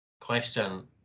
question